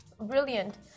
brilliant